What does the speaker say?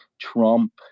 Trump